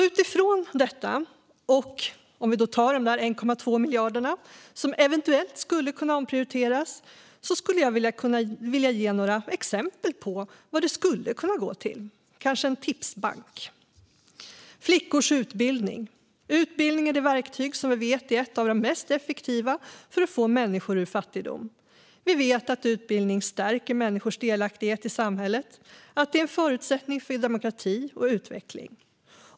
Utifrån detta skulle jag vilja ge några exempel på vad de 1,2 miljarder som eventuellt skulle kunna omprioriteras skulle kunna gå till - kanske kan det ses som en tipsbank. Ett exempel är flickors utbildning. Utbildning är ett verktyg som vi vet är ett av de mest effektiva för att få människor ur fattigdom. Vi vet att utbildning stärker människors delaktighet i samhället och är en förutsättning för demokrati och utveckling.